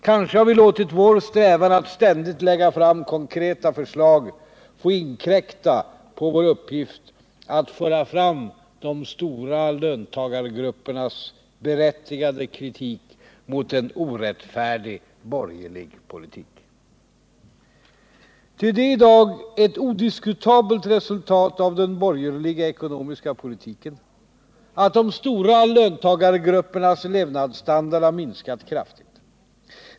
Kanske har vi låtit vår strävan att ständigt lägga fram konkreta förslag få inkräkta på vår uppgift att föra fram de stora löntagargruppernas berättigade kritik mot en orättfärdig borgerlig politik. Ty det är i dag ett odiskutabelt resultat av den borgerliga ekonomiska politiken att de stora löntagargruppernas levnadsstandard har minskat kraftigt.